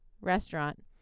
restaurant